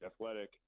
athletic